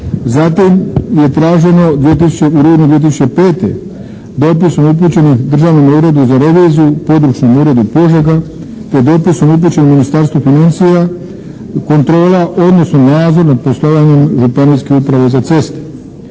Zatim je traženo u rujnu 2005. dopisom upućenih Državnom uredu za reviziju, područnom uredu Požega, te dopisom upućenom Ministarstvu financija, kontrola odnosno nadzor nad poslovanjem županijske uprave za ceste.